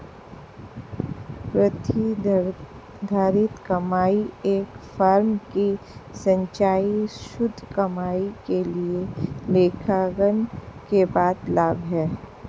प्रतिधारित कमाई एक फर्म की संचयी शुद्ध कमाई के लिए लेखांकन के बाद लाभ है